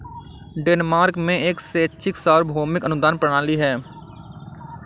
Denmark में एक शैक्षिक सार्वभौमिक अनुदान प्रणाली है